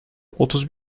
otuz